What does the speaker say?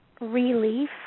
relief